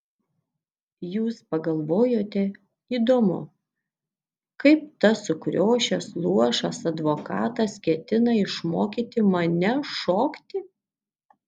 jūs pagalvojote įdomu kaip tas sukriošęs luošas advokatas ketina išmokyti mane šokti